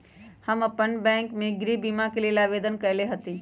हम अप्पन बैंक में गृह बीमा के लेल आवेदन कएले हति